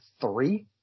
three